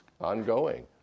ongoing